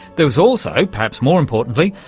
there was also, perhaps more importantly,